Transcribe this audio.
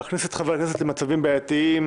להכניס את חברי הכנסת למצבים בעייתיים,